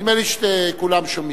נדמה לי שכולם שומעים.